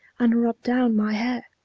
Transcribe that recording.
and rub down my hair!